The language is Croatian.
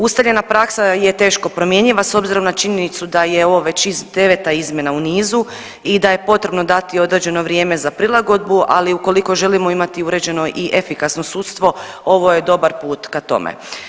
Ustaljena praksa je teško promjenjiva s obzirom na činjenicu da je ovo već deveta izmjena u nizu i da je potrebno dati određeno vrijeme za prilagodbu, ali ukoliko želimo imati uređeno i efikasno sudstvo ovo je dobar put ka tome.